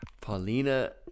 Paulina